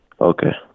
Okay